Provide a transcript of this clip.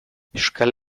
euskal